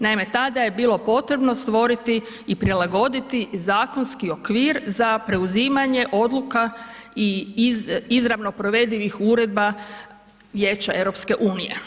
Naime, tada je bilo potrebno stvoriti i prilagoditi zakonski okvir za preuzimanje odluka izravno provedivih uredba Vijeća Europske unije.